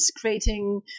creating